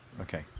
Okay